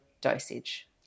dosage